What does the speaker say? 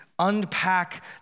unpack